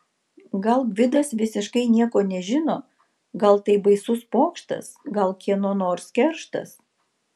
gal gvidas visiškai nieko nežino gal tai baisus pokštas gal kieno nors kerštas